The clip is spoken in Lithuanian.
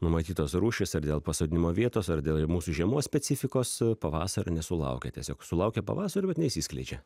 numatytos rūšys ar dėl pasodinimo vietos ar dėl mūsų žiemos specifikos pavasario nesulaukia tiesiog sulaukia pavasario bet neišsiskleidžia